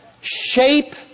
shape